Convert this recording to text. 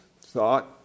thought